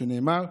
שנאמר,